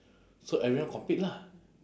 so everyone compete lah